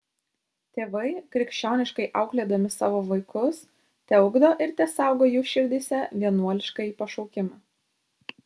tėvai krikščioniškai auklėdami savo vaikus teugdo ir tesaugo jų širdyse vienuoliškąjį pašaukimą